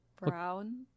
Brown